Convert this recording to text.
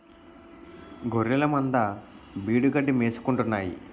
గొఱ్ఱెలమంద బీడుగడ్డి మేసుకుంటాన్నాయి